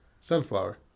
Sunflower